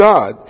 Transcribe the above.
God